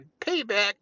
Payback